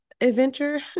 adventure